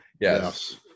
Yes